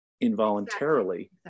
involuntarily